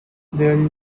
there